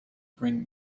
bring